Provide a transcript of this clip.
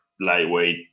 lightweight